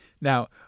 Now